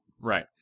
Right